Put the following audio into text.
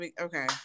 okay